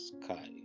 sky